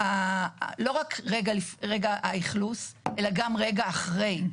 לא רק רגע האכלוס, אלא גם רגע אחרי.